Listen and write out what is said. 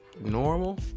normal